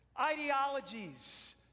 ideologies